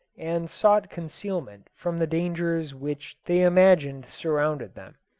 and sought concealment from the dangers which they imagined surrounded them.